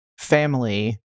family